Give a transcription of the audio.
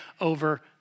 over